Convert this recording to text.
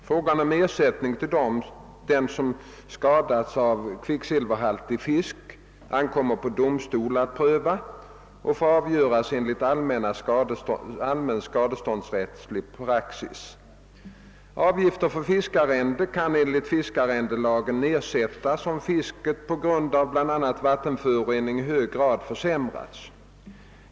Frågan om ersättning till den som skadats av kvicksilverhaltig fisk ankommer på domstol att pröva och får avgöras enligt allmän skadeståndsrättslig praxis. Avgift för fiskearrende kan enligt fiskearrendelagen nedsättas, om fisket på grund av bl.a. vattenförorening i hög grad försämrats.